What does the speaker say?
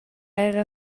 era